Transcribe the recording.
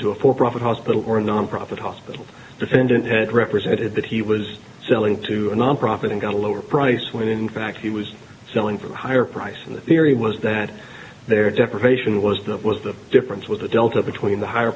to a for profit hospital or a nonprofit hospital defendant had represented that he was selling to a nonprofit and got a lower price when in fact he was selling for a higher price on the theory was that there deprivation was that was the difference with the delta between the higher